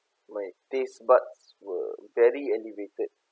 my taste buds were very elevated